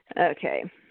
Okay